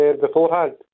Beforehand